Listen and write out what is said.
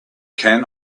can